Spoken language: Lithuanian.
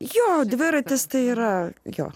jo dviratis tai yra jo